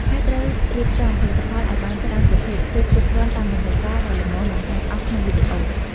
ហើយត្រូវរៀបចំផលិតផលឲ្យបានច្រើនប្រភេទ ឬគ្រប់គ្រាន់តាមតម្រូវការដែលល្មមបង្ហាញអស់ក្នុងវីឌីអូ។